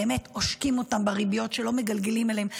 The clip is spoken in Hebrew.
באמת עושקים אותם בריביות שלא מגלגלים אליהם,